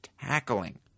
tackling